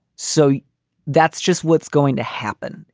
so that's just what's going to happen.